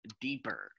deeper